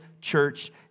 church